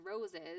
roses